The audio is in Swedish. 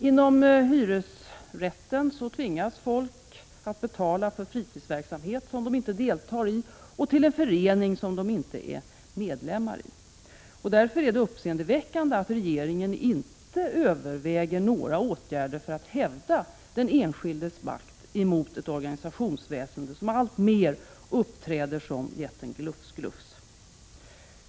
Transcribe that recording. Inom ramen för hyresrätten tvingas folk att betala för en fritidsverksamhet som de inte deltar i och till en förening som de inte är medlemmar i. Därför är det uppseendeväckande att regeringen inte överväger några åtgärder för att hävda den enskildes makt emot ett organisationsväsende som alltmer uppträder som jätten Glufs-Glufs.